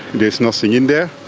there's nothing in there.